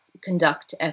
conduct